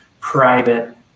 private